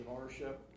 ownership